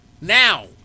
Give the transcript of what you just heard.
now